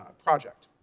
ah project.